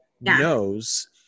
knows